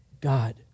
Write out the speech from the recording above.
God